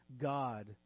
God